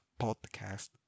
podcast